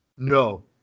No